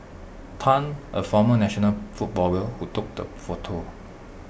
Tan A former national footballer who took the photo